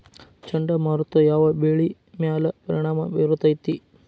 ಚಂಡಮಾರುತ ಯಾವ್ ಬೆಳಿ ಮ್ಯಾಲ್ ಪರಿಣಾಮ ಬಿರತೇತಿ?